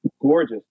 Gorgeous